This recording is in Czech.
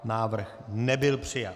Návrh nebyl přijat.